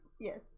Yes